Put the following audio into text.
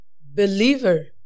believer